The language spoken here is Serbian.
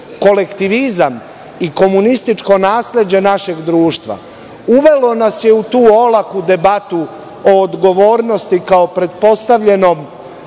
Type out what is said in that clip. i komunističko nasleđe našeg društva uvelo nas je u tu olaku debatu o odgovornosti, kao pretpostavljenom